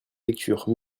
lecture